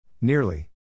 Nearly